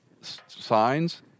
signs